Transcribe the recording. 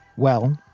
well,